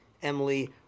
Emily